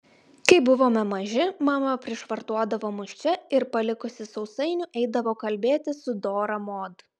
kai buvome maži mama prišvartuodavo mus čia ir palikusi sausainių eidavo kalbėtis su dora mod